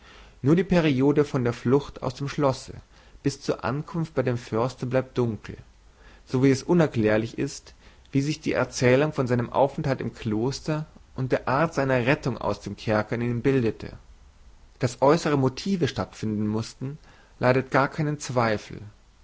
nur die periode von der flucht aus dem schlosse bis zur ankunft bei dem förster bleibt dunkel so wie es unerklärlich ist wie sich die erzählung von seinem aufenthalt im kloster und der art seiner rettung aus dem kerker in ihm bildete daß äußere motive stattfinden mußten leidet gar keinen zweifel